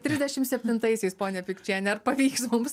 trisdešimt septintaisiais ponia pikčiene ar pavyks mums